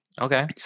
Okay